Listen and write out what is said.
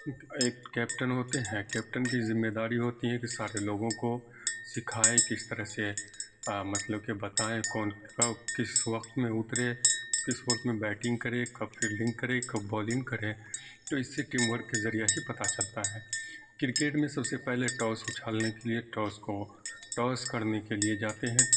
ایک کیپٹن ہوتے ہیں کیپٹن کی ذمے داری ہوتی ہے کہ سارے لوگوں کو سکھائے کس طرح سے مطلب کہ بتائیں کون کب کس وقت میں اترے کس وقت میں بیٹنگ کرے کب فیلڈنگ کرے کب بالنگ کرے تو اس سے ٹیم ورک کے ذریعے ہی پتا چلتا ہے کرکٹ میں سب سے پہلے ٹاس اچھالنے کے لیے ٹاس کو ٹاس کرنے کے لیے جاتے ہیں